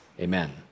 Amen